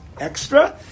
extra